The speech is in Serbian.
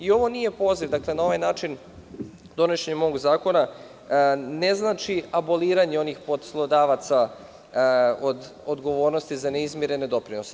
Ovo nije poziv, na ovaj način, donošenjem ovog zakona ne znači aboliranje onih poslodavaca od odgovornostiza neizmirene doprinose.